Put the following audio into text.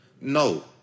No